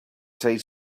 take